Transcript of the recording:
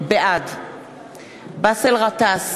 בעד באסל גטאס,